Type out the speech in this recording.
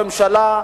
הממשלה,